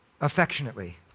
affectionately